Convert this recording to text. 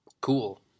Cool